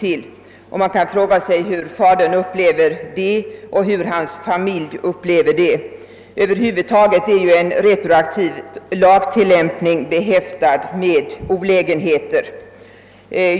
Vi kan fråga oss, hur fadern upplever en sådan situation och hur hans familj upplever den. över huvud taget är en retroaktiv lagtillämpning behäftad med olägenheter.